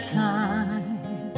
time